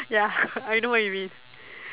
ya I know what you mean